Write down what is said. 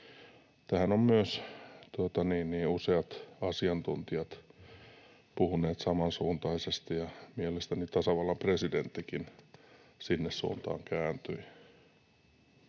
Tästä ovat myös useat asiantuntijat puhuneet samansuuntaisesti, ja mielestäni tasavallan presidenttikin sinne suuntaan kääntyi.